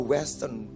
Western